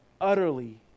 utterly